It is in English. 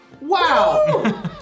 Wow